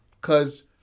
Cause